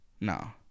No